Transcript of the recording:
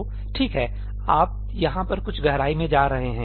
तो ठीक है आप यहाँ पर कुछ गहराई में जा रहे हैं